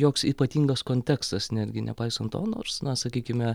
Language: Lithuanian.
joks ypatingas kontekstas netgi nepaisant to nors na sakykime